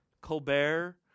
Colbert